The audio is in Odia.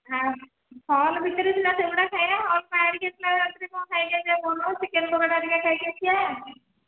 ହଁ ହଲ ଭିତରେ ସିନା ସେଗୁଡ଼ିକ ଖାଇବା ଆଉ ବାହାରେ କ'ଣ ଖାଇକି ଆସିବା କହୁନୁ ଚିକେନ୍ ପକୋଡ଼ା ହେରିକା ଖାଇକି ଆସିବା